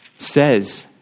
Says